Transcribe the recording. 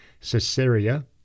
Caesarea